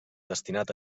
destinat